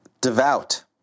Devout